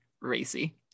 racy